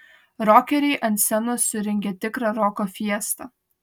rokeriai ant scenos surengė tikrą roko fiestą